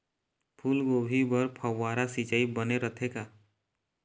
फूलगोभी बर फव्वारा सिचाई बने रथे का?